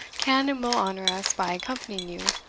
can and will honour us by accompanying you,